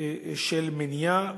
של מניעה.